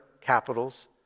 capitals